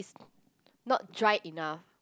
not dry enough